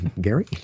Gary